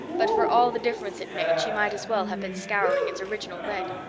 but for all the difference it made she might as well have been scouring its original red.